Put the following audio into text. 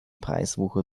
preiswucher